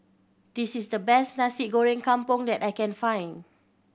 this is the best Nasi Goreng Kampung that I can find